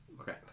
Okay